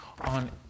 on